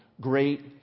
great